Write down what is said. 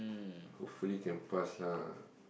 hopefully can pass lah